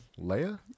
Leia